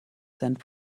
cent